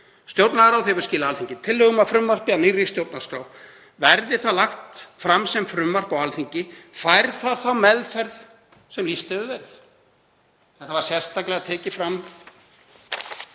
Stjórnlagaráð hefur skilað Alþingi tillögum að frumvarpi að nýrri stjórnarskrá. Verði það lagt fram sem frumvarp á Alþingi fær það þá meðferð sem lýst hefur verið.“ Þetta var sérstaklega tekið fram